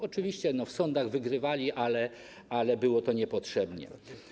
Oczywiście w sądach wygrywali, ale było to niepotrzebne.